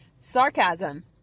Sarcasm